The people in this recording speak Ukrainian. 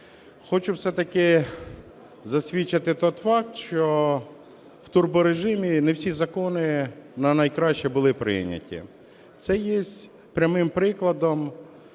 Хочу все-таки засвідчити той факт, що в турборежимі не всі закони на найкраще були прийняті. Це є прямим прикладом,